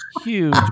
huge